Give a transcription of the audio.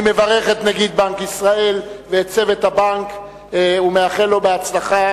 אני מברך את נגיד בנק ישראל ואת צוות הבנק ומאחל לו הצלחה.